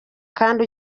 kandi